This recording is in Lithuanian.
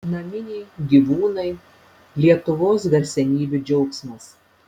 naminiai gyvūnai lietuvos garsenybių džiaugsmas